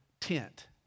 tent